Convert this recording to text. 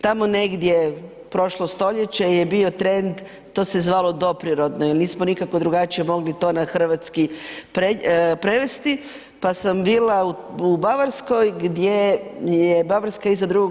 Tamo negdje, prošlo stoljeće je bio trend, to se zvalo doprirodno jel nismo nikako drugačije mogli to na hrvatski prevesti pa sam bila u Bavarskoj gdje je Bavarska iza II.